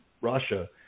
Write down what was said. Russia